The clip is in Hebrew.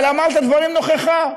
אבל אמרת דברים נכוחים.